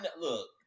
Look